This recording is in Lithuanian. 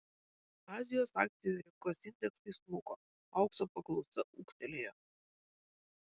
azijos akcijų rinkos indeksai smuko aukso paklausa ūgtelėjo